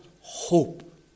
hope